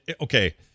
okay